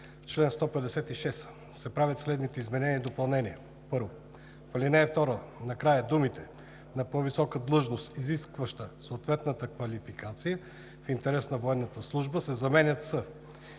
чл. 156 се правят следните изменения и допълнения: 1. В ал. 2 накрая думите „на по-висока длъжност, изискваща съответната квалификация, в интерес на военната служба“ се заменят с